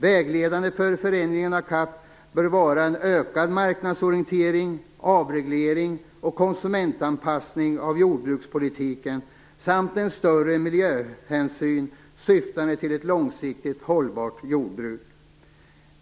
Vägledande för förändringen av CAP bör vara en ökad marknadsorientering, avreglering och konsumentanpassning av jordbrukspolitiken samt en större miljöhänsyn syftande till ett långsiktigt hållbart jordbruk.